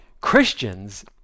Christians